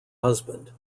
husband